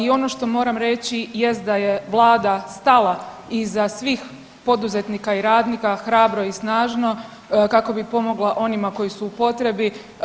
I ono što moram reći jest da je vlada stala iza svih poduzetnika i radnika hrabro i snažno kako bi pomogla onima koji su u potrebi.